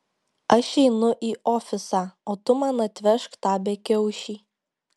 aš einu į ofisą o tu man atvežk tą bekiaušį